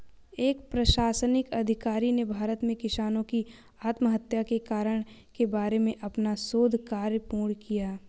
एक प्रशासनिक अधिकारी ने भारत में किसानों की आत्महत्या के कारण के बारे में अपना शोध कार्य पूर्ण किया